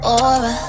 aura